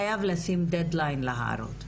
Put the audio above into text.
חייב לשים דד-ליין להערות.